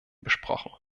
besprochen